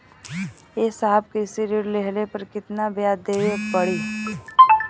ए साहब कृषि ऋण लेहले पर कितना ब्याज देवे पणी?